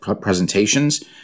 presentations